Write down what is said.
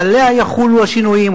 עליה יחולו השינויים,